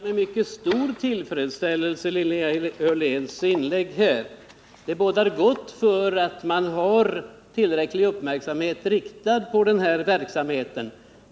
Herr talman! Jag noterar med mycket stor tillfredsställelse Linnea Hörléns inlägg. Det bådar gott och visar att man har tillräcklig uppmärksamhet riktad på denna verksamhet.